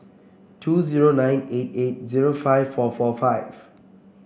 two zero nine eight eight zero five four four five